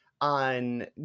on